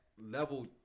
level